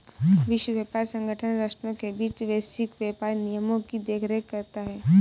विश्व व्यापार संगठन राष्ट्रों के बीच वैश्विक व्यापार नियमों की देखरेख करता है